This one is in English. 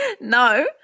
No